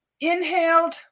inhaled